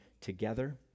together